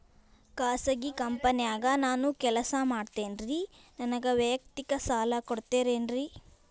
ಖಾಸಗಿ ಕಂಪನ್ಯಾಗ ನಾನು ಕೆಲಸ ಮಾಡ್ತೇನ್ರಿ, ನನಗ ವೈಯಕ್ತಿಕ ಸಾಲ ಕೊಡ್ತೇರೇನ್ರಿ?